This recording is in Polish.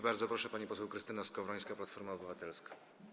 Bardzo proszę, pani poseł Krystyna Skowrońska, Platforma Obywatelska.